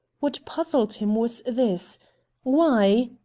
what puzzled him was this why,